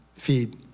feed